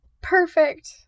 Perfect